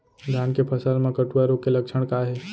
धान के फसल मा कटुआ रोग के लक्षण का हे?